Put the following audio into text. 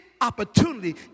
opportunity